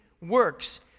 works